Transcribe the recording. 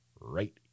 right